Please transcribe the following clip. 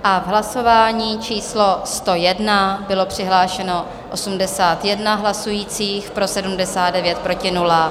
V hlasování číslo 101 bylo přihlášeno 81 hlasujících, pro 79, proti 0.